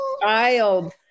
child